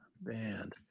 band